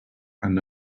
and